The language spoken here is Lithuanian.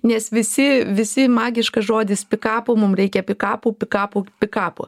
nes visi visi magiškas žodis pikapų mum reikia pikapų pikapų pikapų